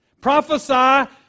Prophesy